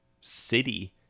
city